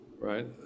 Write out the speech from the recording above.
right